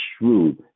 shrewd